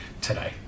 today